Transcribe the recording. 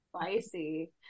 spicy